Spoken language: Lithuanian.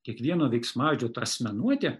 kiekvieno veiksmažodžio ta asmenuotė